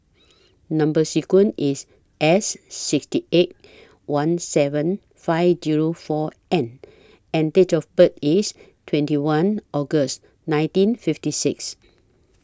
Number sequence IS S six eight one seven five Zero four N and Date of birth IS twenty one August nineteen fifty six